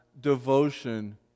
devotion